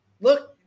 look